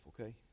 okay